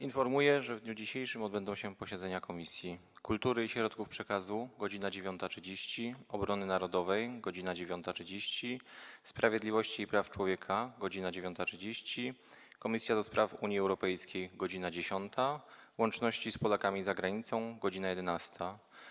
Informuję, że w dniu dzisiejszym odbędą się posiedzenia Komisji: - Kultury i Środków Przekazu - godz. 9.30, - Obrony Narodowej - godz. 9.30, - Sprawiedliwości i Praw Człowieka - godz. 9.30, - do Spraw Unii Europejskiej - godz. 10, - Łączności z Polakami za Granicą - godz. 11.